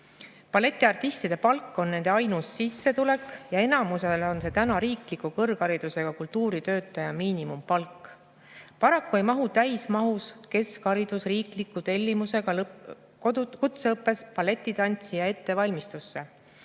Balletiartistide palk on nende ainus sissetulek ja enamikul on see täna riikliku kõrgharidusega kultuuritöötaja miinimumpalk. Paraku ei mahu täismahus keskharidus riikliku tellimusega kutseõppes balletitantsija ettevalmistusse.